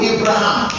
Abraham